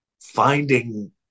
finding